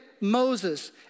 Moses